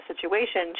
situation